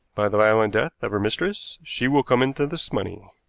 by the violent death of her mistress she will come into this money.